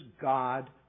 God